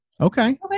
Okay